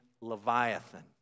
Leviathan